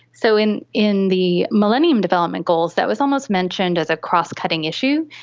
so in in the millennium development goals, that was almost mentioned as a cross-cutting issue,